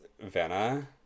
Vanna